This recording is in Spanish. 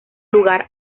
lugar